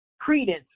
credence